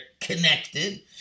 connected